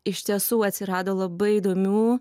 iš tiesų atsirado labai įdomių